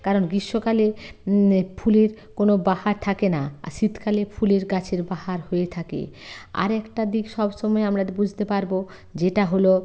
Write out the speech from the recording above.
কারণ গ্রীষ্মকালে ফুলের কোনো বাহার থাকে না আর শীতকালে ফুলের গাছের বাহার হয়ে থাকে আর একটা দিক সবসময় আমরা বুঝতে পারব যেটা হলো